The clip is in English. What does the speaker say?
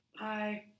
Bye